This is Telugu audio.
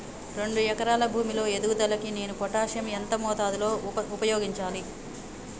రెండు ఎకరాల భూమి లో ఎదుగుదలకి నేను పొటాషియం ఎంత మోతాదు లో ఉపయోగించాలి?